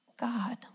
God